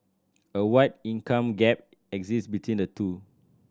a wide income gap exist between the two